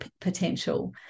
potential